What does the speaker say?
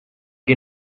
que